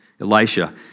Elisha